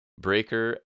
Breaker